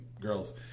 girls